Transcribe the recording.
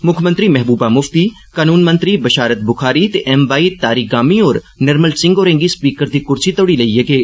मुक्खमंत्री महबूबा मुफ्ती कनून मंत्री बशारत बुखारी ते एम वाई तारीगामी होर निर्मल सिंह हारें गी स्पीकर दी कुर्सी तक्कर लेइयै गे